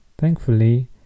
Thankfully